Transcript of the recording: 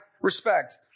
respect